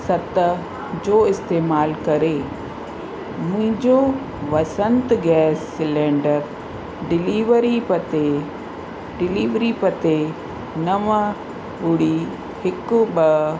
सत जो इस्तेमाल करे मुंहिंजो वसंत गैस सिलेंडर डिलीवरी पते डिलीविरी पते नव ॿुड़ी हिकु ॿ